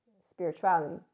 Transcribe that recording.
spirituality